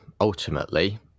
ultimately